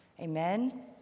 Amen